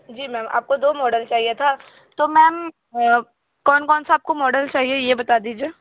जी मैं आपको दो मॉडल चाहिए था तो मैम कौन कौन सा आपको मॉडल चाहिए ये बता दीजिए